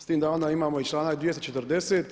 S tim da onda imamo i članak 240.